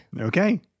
Okay